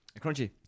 Crunchy